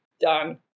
done